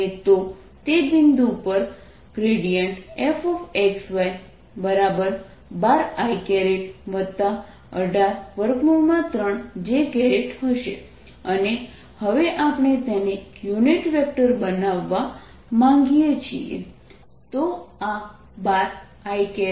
અને તો તે બિંદુ પર fxy|32312i183j હશે અને હવે આપણે તેને યુનિટ વેક્ટર બનાવવા માંગીએ છીએ